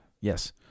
Yes